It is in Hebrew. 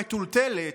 המטולטלת,